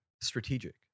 strategic